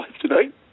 tonight